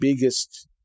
biggest